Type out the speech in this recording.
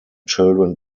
children